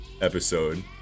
episode